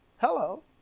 hello